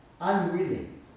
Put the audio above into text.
unwilling